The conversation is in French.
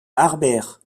harbert